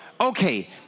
Okay